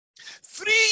Three